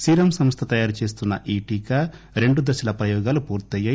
serum సంస్థ తయారు చేస్తున్న ఈ టీకా రెండు దశల ప్రయోగాలు పూర్తయ్యాయి